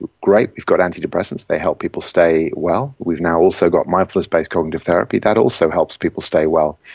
great, we've got antidepressants, they help people stay well. we've now also got mindfulness-based cognitive therapy, that also helps people stay well.